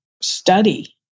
study